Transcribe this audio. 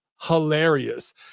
hilarious